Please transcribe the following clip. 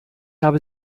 habe